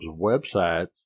websites